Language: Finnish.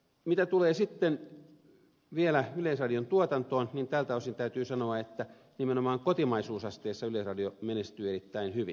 mitä tulee sitten vielä yleisradion tuotantoon niin tältä osin täytyy sanoa että nimenomaan kotimaisuusasteessa yleisradio menestyy erittäin hyvin